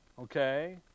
okay